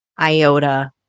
iota